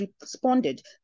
responded